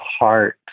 heart